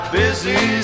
busy